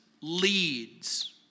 leads